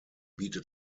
bietet